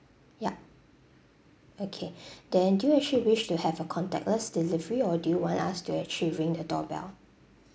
yup okay then do you actually wish to have a contactless delivery or do you want us to actually ring the doorbell